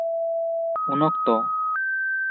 ᱩᱱ ᱚᱠᱛᱚ